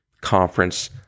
conference